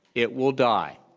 it will die.